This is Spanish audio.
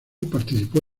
participó